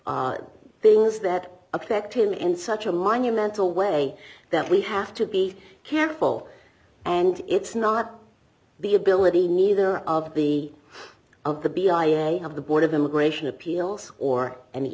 that affect him in such a monumental way that we have to be careful and it's not the ability neither of the of the be of the board of immigration appeals or any